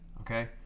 okay